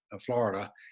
Florida